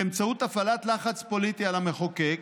באמצעות הפעלת לחץ פוליטי על המחוקק,